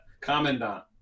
Commandant